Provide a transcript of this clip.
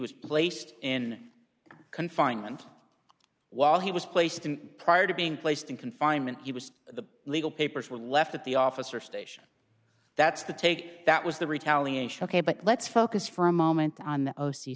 was placed in confinement while he was placed in prior to being placed in confinement he was the legal papers were left at the officer station that's the take that was the retaliation ok but let's focus for a moment on the